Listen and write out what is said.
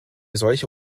solche